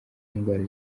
indwara